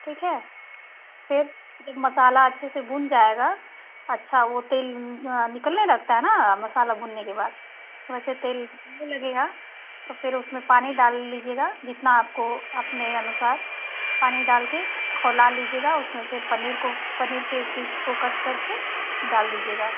ठीक है फिर जब मसाला अच्छे से भुन जाएगा अच्छा वो तेल निकलने लगता है ना मसाला भुनने के बाद वैसे तेल निकलने लगेगा तो फिर उसमें पानी डाल लीजिएगा जितना आपको अपने अनुसार पानी डाल कर खौला लीजिएगा उसमें फिर पनीर को पनीर के पीस को कट करके डाल दीजिएगा